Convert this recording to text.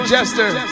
Jester